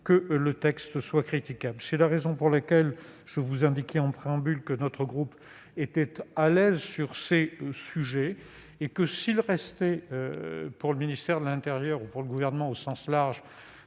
que le texte soit critiquable. C'est la raison pour laquelle j'ai indiqué, en préambule, que mon groupe était à l'aise sur ces sujets. S'il restait pour le ministère de l'intérieur, ou pour le Gouvernement au sens large,